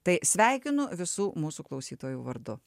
tai sveikinu visų mūsų klausytojų vardu